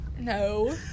No